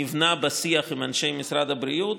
נבנה בשיח עם אנשי משרד הבריאות,